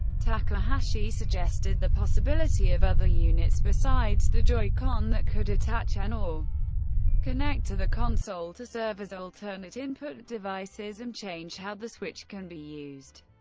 takahashi suggested the possibility of other units besides the joy-con that could attach and or connect to the console to serve as alternate input devices and change how the switch can be used.